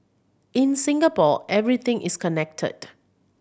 in Singapore everything is connected